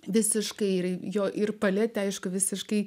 visiškai jo ir paletę aišku visiškai